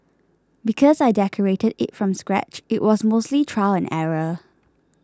because I decorated it from scratch it was mostly trial and error